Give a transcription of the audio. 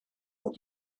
are